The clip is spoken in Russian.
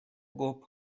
гоп